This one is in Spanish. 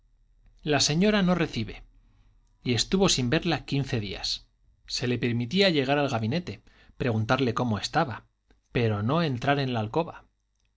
la señora no recibe y estuvo sin verla quince días se le permitía llegar al gabinete preguntarle cómo estaba pero no entrar en la alcoba